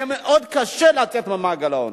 יהיה מאוד קשה לצאת ממעגל העוני.